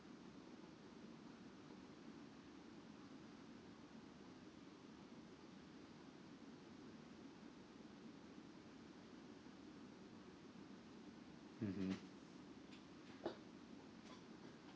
mmhmm